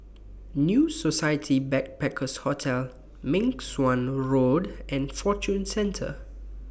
New Society Backpackers' Hotel Meng Suan Road and Fortune Center